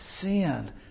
Sin